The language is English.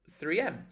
3M